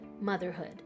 motherhood